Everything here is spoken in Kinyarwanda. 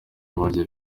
barya